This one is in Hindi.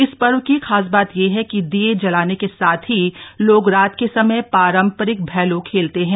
इस पर्व की खास बात यह है कि दिये जलाने के साथ ही लोग रात के समय पारंपरिक भैलो खेलते हैं